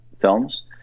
films